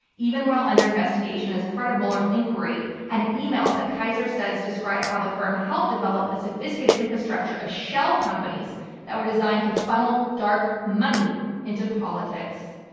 even while under investigation as part of mueller's inquiry and emails that kaiser says described how the firm helped develop a sophisticated infrastructure of shell companies that were designed to funnel dark money into politics.